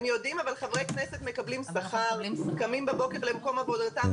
הם יודעים אבל חברי כנסת מקבלים שכר והם קמים בבוקר למקום עבודתם.